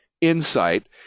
insight